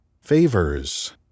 Favors